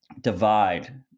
divide